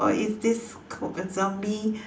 or is this called a zombie